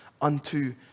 unto